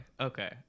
Okay